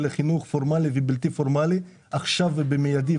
חינוך פורמלי ובלתי פורמלי עכשיו ובמיידי,